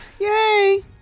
Yay